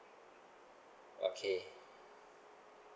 okay